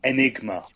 Enigma，